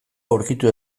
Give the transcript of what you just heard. aurkitu